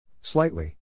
Slightly